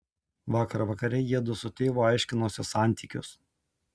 vakar vakare jiedu su tėvu aiškinosi santykius